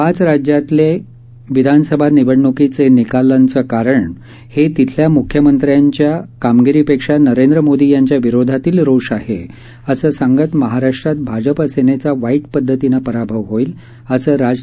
पाच राज्यातलक्ष विधानसभा निवडणुकीच निकालाचं कारण हाविथल्या मुख्यमंत्र्याच्या कामगिरीपक्त नरेंद्र मोदी यांच्या विरोधातील रोष आह असं सांगत महाराष्ट्रात भाजपा सत्त्वि वाईट पद्धतीनं पराभव होईल असं राज ठाकरखिनी सांगितलं